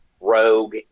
rogue